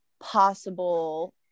possible